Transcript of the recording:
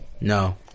No